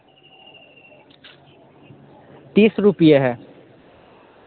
तीस रुपया है